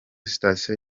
sitasiyo